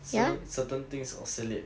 so certain things oscillate